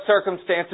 circumstances